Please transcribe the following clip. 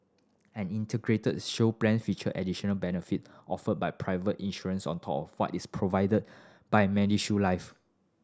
an Integrated Shield Plan feature additional benefit offered by private insurers on top what is provided by MediShield Life